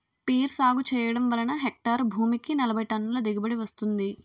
peer సాగు చెయ్యడం వల్ల హెక్టారు భూమికి నలబైటన్నుల దిగుబడీ వస్తుంది